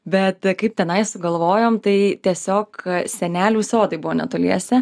bet kaip tenai sugalvojom tai tiesiog senelių sodai buvo netoliese